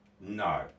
no